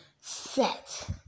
set